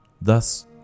Thus